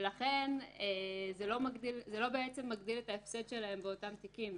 ולכן זה לא מגדיל את ההפסד שלהם באותם תיקונים,